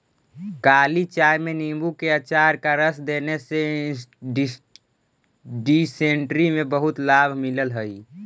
काली चाय में नींबू के अचार का रस देने से डिसेंट्री में बहुत लाभ मिलल हई